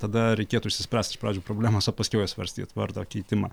tada reikėtų išsispręst iš pradžių problemas o paskiau jau svarstyt vardo keitimą